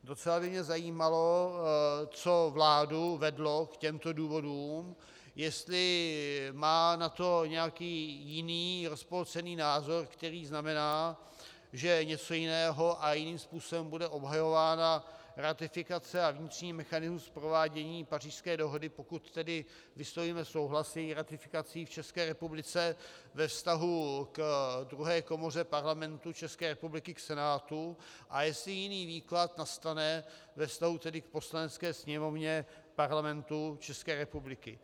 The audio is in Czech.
Docela by mě zajímalo, co vládu vedlo k těmto důvodům, jestli má na to nějaký jiný, rozpolcený názor, který znamená, že je něco jiného a jiným způsobem bude obhajována ratifikace a vnitřní mechanismus provádění Pařížské dohody, pokud tedy vyslovíme souhlas s její ratifikací v České republice, ve vztahu k druhé komoře Parlamentu České republiky, k Senátu, a jestli jiný výklad nastane ve vztahu k Poslanecké sněmovně Parlamentu České republiky.